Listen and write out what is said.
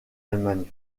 allemagne